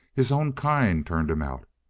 his own kind turned him out.